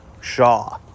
Shaw